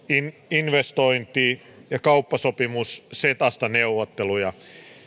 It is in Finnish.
investointi ja kauppasopimus cetasta neuvotteluja